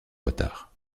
retards